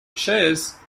chairs